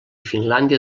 finlàndia